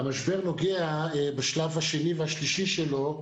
המשבר נוגע בשלב השני והשלישי שלו,